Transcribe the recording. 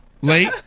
late